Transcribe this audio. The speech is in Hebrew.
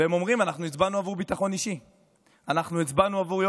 והם אומרים: אנחנו הצבענו עבור ביטחון אישי,